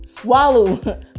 swallow